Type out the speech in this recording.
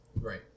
Right